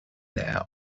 there